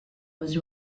was